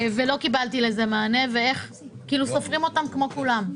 לא קיבלתי לזה מענה, וסופרים אותם כמו כולם.